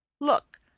Look